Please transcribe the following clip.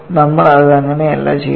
നമ്മൾ അത് അങ്ങനെയല്ല ചെയ്യുന്നത്